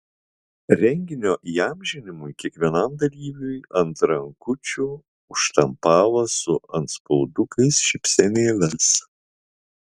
renginio įamžinimui kiekvienam dalyviui ant rankučių užštampavo su antspaudukais šypsenėles